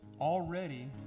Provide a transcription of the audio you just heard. Already